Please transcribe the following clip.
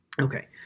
Okay